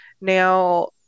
now